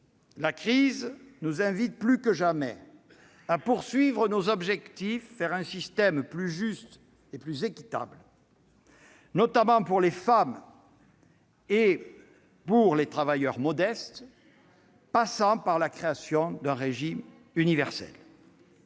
la crise nous invite plus que jamais à poursuivre nos objectifs vers un système plus juste et plus équitable, notamment pour les femmes et les travailleurs modestes. Ce système passe par la création d'un régime universel,